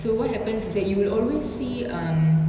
so what happens is that you will always see um